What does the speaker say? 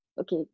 Okay